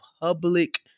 public